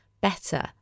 better